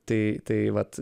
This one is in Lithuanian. tai tai vat